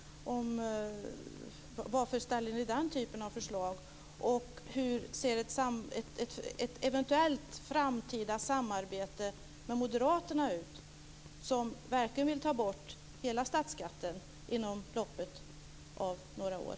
Varför lägger ni fram den typen av förslag? Och hur ser ett eventuellt framtida samarbete med Moderaterna ut? Moderaterna vill ju verkligen ta bort hela statsskatten inom loppet av några år.